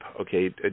okay